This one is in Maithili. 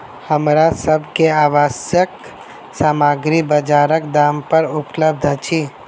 हमरा सभ के आवश्यक सामग्री बजारक दाम पर उपलबध अछि